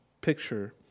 picture